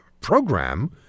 program